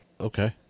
okay